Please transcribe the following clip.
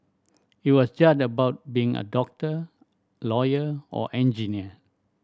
it was just about being a doctor lawyer or engineer